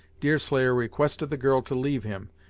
deerslayer requested the girl to leave him,